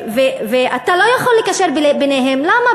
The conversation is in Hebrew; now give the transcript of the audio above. ואתה לא יכול לקשר ביניהם, למה?